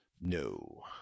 No